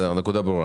הנקודה ברורה.